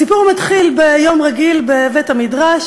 הסיפור מתחיל ביום רגיל בבית-המדרש.